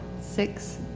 six.